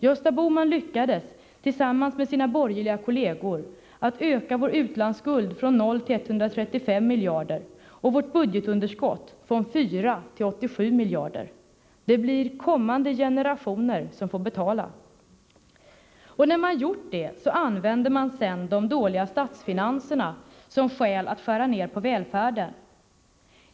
Gösta Bohman lyckades, tillsammans med sina borgerliga kolleger, att öka vår utlandsskuld från 0 till 135 miljarder och vårt budgetunderskott från 4 till 87 miljarder. Det blir kommande generationer som får betala. Sedan man gjort på detta sätt använder man de dåliga statsfinanserna som skäl att skära ned på välfärden.